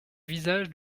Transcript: visage